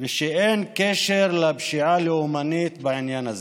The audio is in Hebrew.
ושאין קשר לפשיעה לאומנית בעניין הזה.